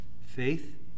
Faith